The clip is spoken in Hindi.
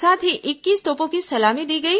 साथ ही इक्कीस तोपों की सलामी दी गई